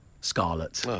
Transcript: Scarlet